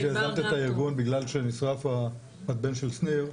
מאז שיזמת את הדיון בגלל שנשרף המתבן של שניר,